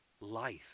life